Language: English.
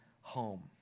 home